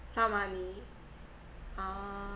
some money ah